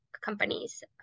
companies